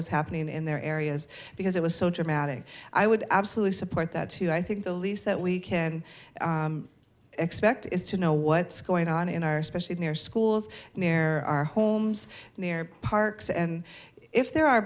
was happening in their areas because it was so dramatic i would absolutely support that too i think the least that we can expect is to know what's going on in our especially near schools and there are homes near parks and if there are